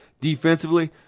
Defensively